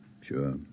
Sure